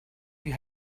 you